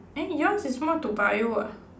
eh yours is more to bio ah